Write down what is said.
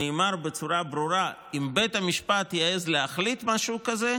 נאמר בצורה ברורה: אם בית המשפט יעז להחליט משהו כזה,